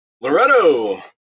Loretto